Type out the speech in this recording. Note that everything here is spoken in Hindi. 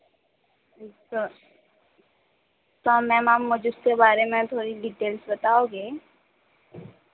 तो तो मैम आप मुझे उसके बारे में थोड़ी डिटेल्स बताओगे